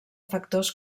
factors